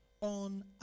on